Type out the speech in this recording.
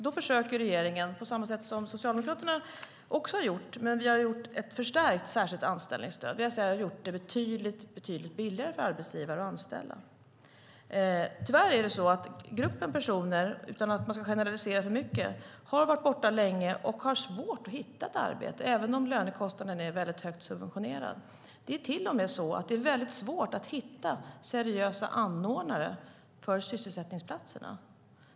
Då har regeringen genomfört, som också Socialdemokraterna har föreslagit, ett förstärkt särskilt anställningsstöd, det vill säga gjort det betydligt billigare för arbetsgivare att anställa. Tyvärr är det så att den här gruppen av personer, utan att generalisera för mycket, har varit borta från arbetsmarknaden länge och har svårt att hitta ett arbete, även om lönekostnaden är väldigt högt subventionerad. Det är till och med svårt att hitta seriösa anordnare för sysselsättningsplatserna.